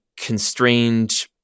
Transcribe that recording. constrained